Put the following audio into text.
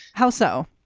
how so?